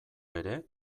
ere